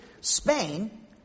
Spain